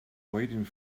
waiting